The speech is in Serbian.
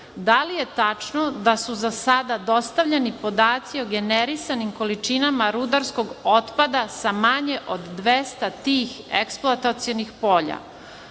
da li je tačno da su za sada dostavljeni podaci o generisanim količinama rudarskog otpada sa manje od 200 tih eksploatacionih polja?